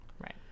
Right